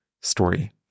story